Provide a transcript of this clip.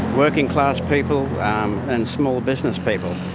working class people and small business people.